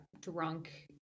drunk